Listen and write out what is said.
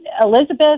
Elizabeth